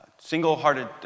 single-hearted